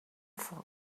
foc